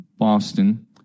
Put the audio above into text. boston